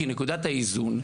כי נקודת האיזון,